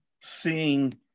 seeing